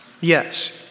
Yes